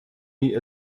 nie